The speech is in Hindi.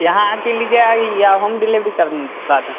यहाँ आ कर ले जाइए या होम डेलेवरी करवा दें